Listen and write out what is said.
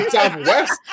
Southwest